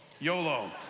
YOLO